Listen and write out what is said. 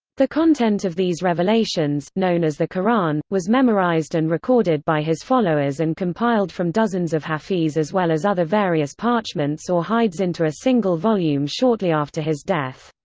the content of these revelations, known as the qur'an, was memorized and recorded by his followers and compiled from dozens of hafiz as well as other various parchments or hides into a single volume shortly after his death.